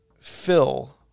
fill